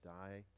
die